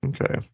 Okay